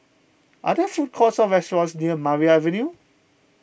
are there food courts or restaurants near Maria Avenue